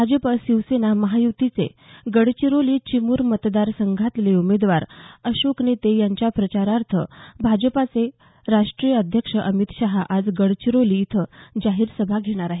भाजप शिवसेना महायुतीचे गडचिरोली चिमूर मतदार संघातले उमेदवार अशोक नेते यांच्या प्रचारार्थ भाजपचे राष्टीय अध्यक्ष अमित शहा आज गडचिरोली इथं जाहीर सभा घेणार आहेत